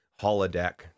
holodeck